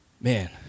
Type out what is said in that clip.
Man